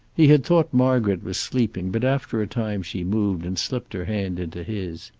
he had thought margaret was sleeping, but after a time she moved and slipped her hand into his.